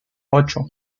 ocho